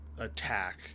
Attack